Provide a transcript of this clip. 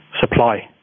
supply